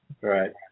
Right